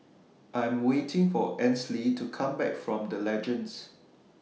I'm waiting For Ansley to Come Back from The Legends